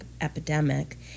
epidemic